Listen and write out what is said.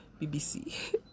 BBC